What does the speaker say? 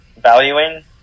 valuing